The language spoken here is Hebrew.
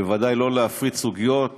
בוודאי לא להפריט סוגיות